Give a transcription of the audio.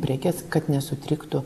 prekes kad nesutriktų